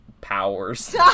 powers